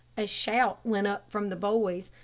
a shout went up from the boys.